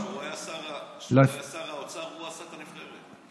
כשהוא היה שר האוצר הוא עשה את הנבחרת של החברים שלו.